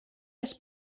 les